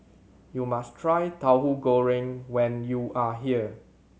you must try Tauhu Goreng when you are here